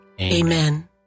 Amen